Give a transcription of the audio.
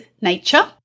nature